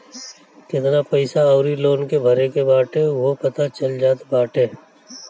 केतना पईसा अउरी लोन के भरे के बाटे उहो पता चल जात बाटे